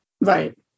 right